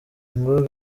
ngo